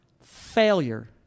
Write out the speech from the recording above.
failure